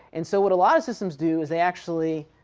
and so what a lot of systems do, is they actually